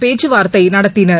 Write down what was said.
பேச்சு வார்த்தை நடத்தினர்